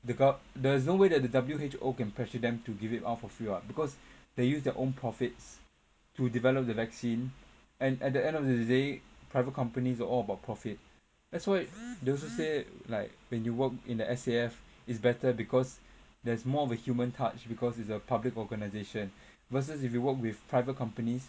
the gov~ there's no way that the W_H_O can pressure them to give it out for free what because they use their own profits to develop the vaccine and at the end of the day private companies are all about profit that's why they also say like when you work in the S_A_F is better because there's more of a human touch because it's a public organisation versus if you work with private companies